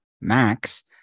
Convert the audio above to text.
Max